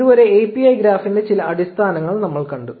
ഇതുവരെ API ഗ്രാഫിന്റെ ചില അടിസ്ഥാനങ്ങൾ നമ്മൾ കണ്ടു